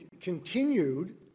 continued